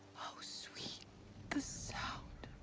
how sweet the sound.